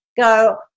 go